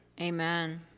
Amen